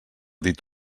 dit